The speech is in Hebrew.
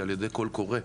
הוא על ידי קול קורא,